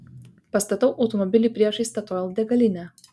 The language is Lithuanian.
pastatau automobilį priešais statoil degalinę